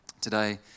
today